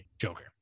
Joker